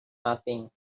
nothing